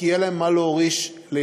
כי יהיה להם מה להוריש לילדיהם.